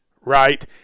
right